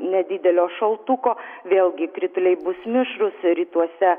nedidelio šaltuko vėlgi krituliai bus mišrūs rytuose